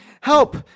help